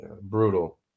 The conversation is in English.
Brutal